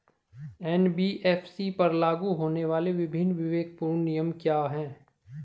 NBFC पर लागू होने वाले विभिन्न विवेकपूर्ण नियम क्या हैं?